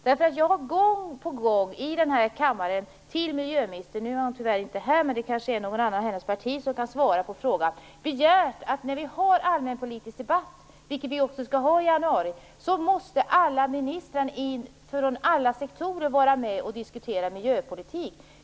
Jag har gång på gång i denna kammare av miljöministern - hon är tyvärr inte här nu, men kanske någon annan i hennes parti kan ge besked - begärt att ministrar från alla sektorer skall vara med och diskutera miljöpolitik under den allmänpolitiska debatten, som vi skall ha i januari.